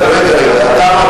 רגע,